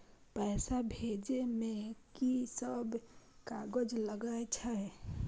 पैसा भेजे में की सब कागज लगे छै?